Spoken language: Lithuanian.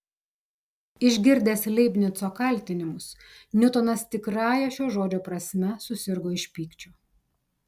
išgirdęs leibnico kaltinimus niutonas tikrąja šio žodžio prasme susirgo iš pykčio